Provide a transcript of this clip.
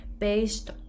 based